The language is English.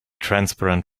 transparent